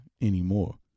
anymore